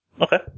Okay